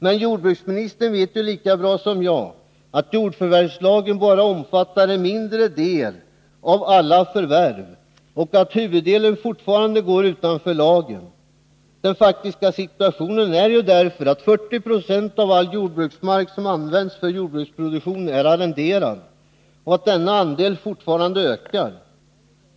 Men jordbruksministern vet ju lika bra som jag att jordförvärvslagen bara omfattar en mindre del av alla förvärv och att huvuddelen fortfarande går utanför lagen. Den faktiska situationen är ju därför att 40 96 av all jordbruksmark som används för jordbruksproduktion är arrenderad och att denna andel fortfarande ökar.